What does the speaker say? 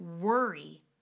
worry